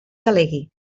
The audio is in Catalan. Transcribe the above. delegui